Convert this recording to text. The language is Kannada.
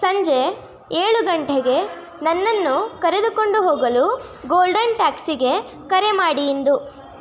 ಸಂಜೆ ಏಳು ಗಂಟೆಗೆ ನನ್ನನ್ನು ಕರೆದುಕೊಂಡು ಹೋಗಲು ಗೋಲ್ಡನ್ ಟ್ಯಾಕ್ಸಿಗೆ ಕರೆ ಮಾಡಿ ಇಂದು